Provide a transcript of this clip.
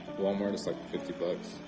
wal-mart. it's like fifty but